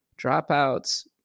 Dropouts